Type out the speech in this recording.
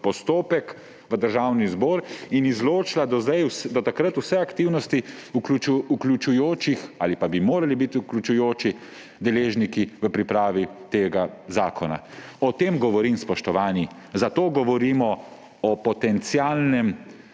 postopek v Državni zbor in izločila do takrat vse aktivnosti vključujočih deležnikov ali pa tistih, ki bi morali biti vključujoči deležniki v pripravi tega zakona. O tem govorim, spoštovani. Zato govorimo o potencialnem